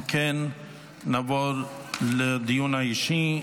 אם כן, נעבור לדיון האישי.